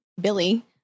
Billy